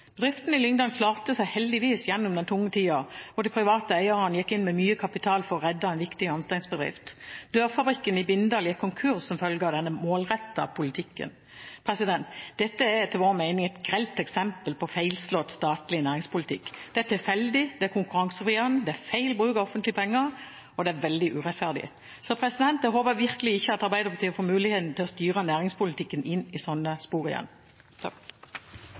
Bedriften i Lyngdal klarte seg heldigvis gjennom den tunge tida, og de private eierne gikk inn med mye kapital for å redde en viktig hjørnesteinsbedrift. Dørfabrikken i Bindal gikk konkurs som følge av denne målrettede politikken. Dette er etter vår mening et grelt eksempel på feilslått statlig næringspolitikk. Det er tilfeldig, det er konkurransevridende, det er feil bruk av offentlige penger, og det er veldig urettferdig. Så jeg håper virkelig ikke at Arbeiderpartiet får muligheten til å styre næringspolitikken inn i sånne spor igjen.